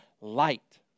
light